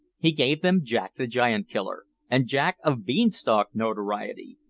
he gave them jack the giant-killer, and jack of beanstalk notoriety,